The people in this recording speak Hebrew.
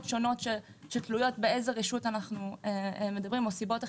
שונות שתלויות באיזו רשות אנו מדברים או סיבות אחרות,